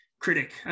critic